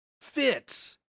fits